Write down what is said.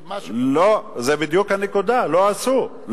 לא, זאת בדיוק הנקודה, לא עשו.